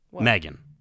Megan